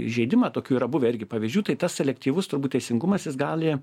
įžeidimą tokių yra buvę irgi pavyzdžių tai tas selektyvus turbūt teisingumas jis gali